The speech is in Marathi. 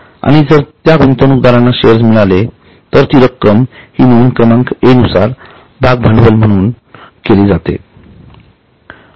आणि जर त्यागुंतवणूकदारांना शेअर्स मिळाले तर ती रक्कम हि नोंद क्रमांक एक नुसार भागभांडवल म्हणून केली जाते